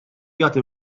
jagħti